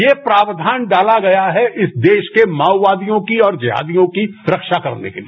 ये प्रावधान डाला गया है इस देश के माओवादियों की और जेहादियों की रक्षा करने के लिए